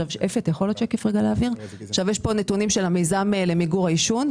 יש כאן נתונים של המיזם למיגור העישון.